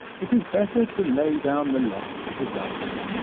it is better to lay down the life that is ours,